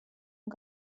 und